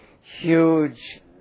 huge